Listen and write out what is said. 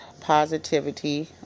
positivity